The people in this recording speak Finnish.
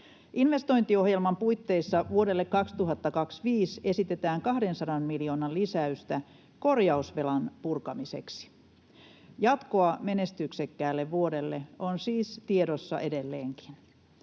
Investointiohjelman puitteissa vuodelle 2025 esitetään 200 miljoonan lisäystä korjausvelan purkamiseksi. Jatkoa menestyksekkäälle vuodelle on siis tiedossa edelleenkin.